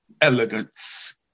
Elegance